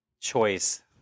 choice